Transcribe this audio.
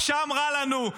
שם רע לנו,